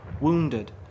wounded